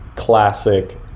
classic